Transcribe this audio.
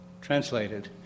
translated